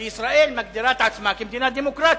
כי ישראל מגדירה את עצמה כמדינה דמוקרטית.